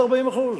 של 40%?